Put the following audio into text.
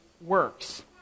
works